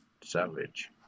savage